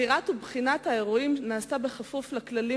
בחירת ובחינת האירועים נעשו בכפוף לכללים